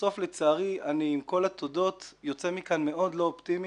ובסוף לצערי אני עם כל התודות יוצא מכאן מאוד לא אופטימי,